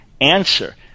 answer